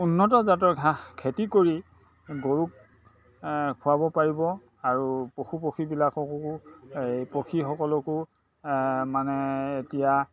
উন্নত জাতৰ ঘাঁহ খেতি কৰি গৰুক খুৱাব পাৰিব আৰু পশু পক্ষীবিলাককো এই পক্ষীসকলকো মানে এতিয়া